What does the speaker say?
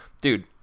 dude